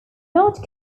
not